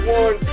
one